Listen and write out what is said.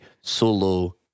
solo